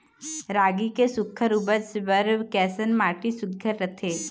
रागी के सुघ्घर उपज बर कैसन माटी सुघ्घर रथे?